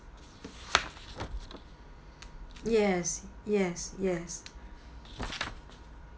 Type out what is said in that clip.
yes yes yes